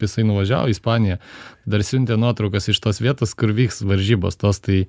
jisai nuvažiavo į ispaniją dar siuntė nuotraukas iš tos vietos kur vyks varžybos tos tai